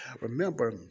Remember